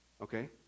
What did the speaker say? Okay